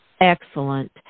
excellent